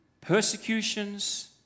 persecutions